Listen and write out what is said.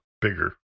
bigger